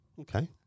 Okay